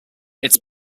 its